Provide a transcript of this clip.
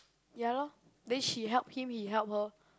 ya lor then she help him he help her